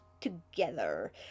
together